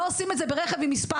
לא עושים את זה ברכב עם מספר.